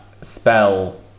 spell